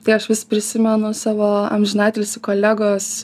tai aš vis prisimenu savo amžinatilsį kolegos